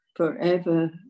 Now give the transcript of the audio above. Forever